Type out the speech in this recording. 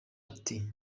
ati